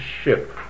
ship